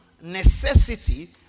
necessity